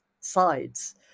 sides